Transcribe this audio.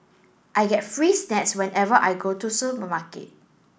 I get free snacks whenever I go to supermarket